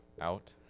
out